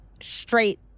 straight